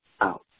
out